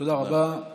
תודה רבה.